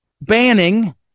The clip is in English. banning